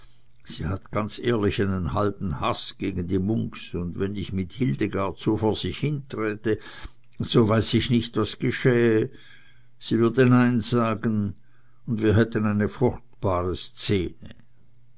sie hat ganz ehrlich einen halben haß gegen die munks und wenn ich mit hildegard so vor sie hinträte so weiß ich nicht was geschähe sie würde nein sagen und wir hätten eine furchtbare szene